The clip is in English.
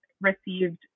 received